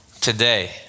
Today